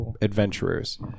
adventurers